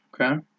Okay